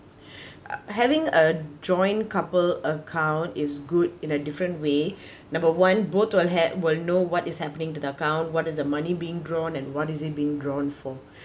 uh having a joint couple account is good in a different way number one both will had will know what is happening to the account what does the money being drawn and what is it being drawn for